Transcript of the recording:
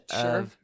Sure